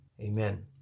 Amen